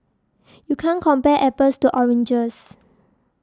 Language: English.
you can't compare apples to oranges